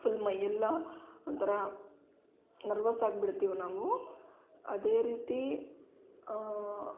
full ಮೈಯೆಲ್ಲ ಒಂಥರ nervous ಆಗ್ಬಿಡ್ತೀವಿ ನಾವು ಅದೇ ರೀತಿ